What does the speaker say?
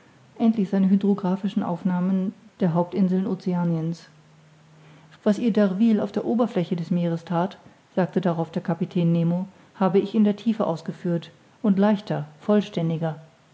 endlich seine hydrographischen aufnahmen der hauptinseln oceaniens was ihr d'urville auf der oberfläche des meeres that sagte darauf der kapitän nemo habe ich in der tiefe ausgeführt und leichter vollständiger